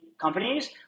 companies